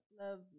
love